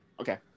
okay